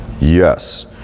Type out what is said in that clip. Yes